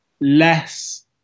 less